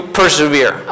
persevere